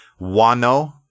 Wano